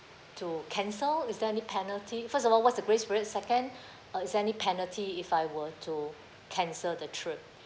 to cancel is there any penalty first of all what's the grace period second uh is there any penalty if I were to cancel the trip